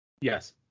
Yes